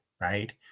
right